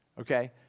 Okay